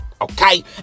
okay